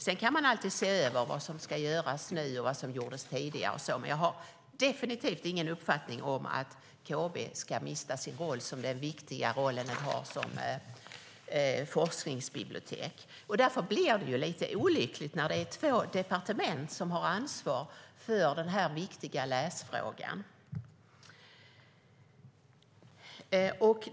Man kan alltid se över vad som ska göras nu och vad som gjordes tidigare, men jag har definitivt inte uppfattningen att KB ska mista den viktiga roll det har som forskningsbibliotek. Det blir lite olyckligt när det är två departement som har ansvar för den viktiga läsfrågan.